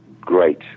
great